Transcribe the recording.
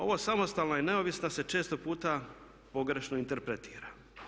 Ovo samostalna i neovisna se često puta pogrešno interpretira.